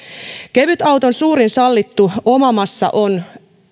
kevytauton suurin sallittu omamassa on